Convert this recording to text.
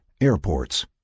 airports